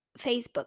facebook